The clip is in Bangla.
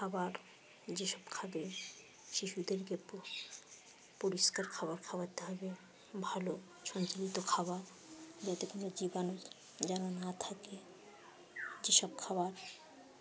খাবার যেসব খাবে শিশুদেরকে পরিষ্কার খাবার খাওয়াতে হবে ভালো সঞ্চালিত খাবার যাতে কোনো জীবাণু যেন না থাকে যেসব খাবার